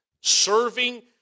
serving